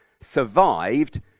survived